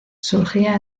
surgía